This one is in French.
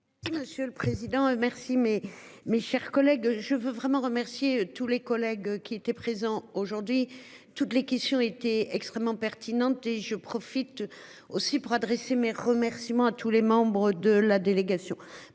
Monsieur le président. Merci mes, mes chers collègues, je veux vraiment remercier tous les collègues qui étaient présents aujourd'hui toutes les questions été extrêmement pertinentes et je profite aussi pour adresser mes remerciements à tous les membres de la délégation